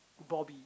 boom